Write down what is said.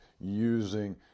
using